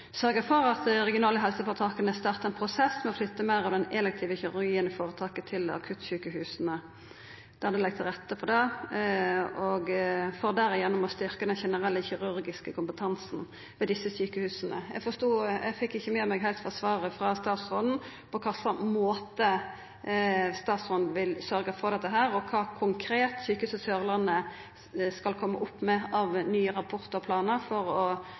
for at dei regionale helseføretaka startar ein prosess med å flytta meir av den elektive kirurgien i føretaka til akuttsjukehusa, der det ligg til rette for det, for gjennom det å styrkja den generelle kirurgiske kompetansen ved desse sjukehusa. Eg fekk ikkje heilt med meg svaret frå statsråden om på kva slags måte statsråden vil sørgja for dette, og kva konkret Sørlandet sjukehus skal koma opp med av nye rapportar og planar for å